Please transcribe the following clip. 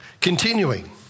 Continuing